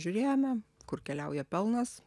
žiūrėjome kur keliauja pelnas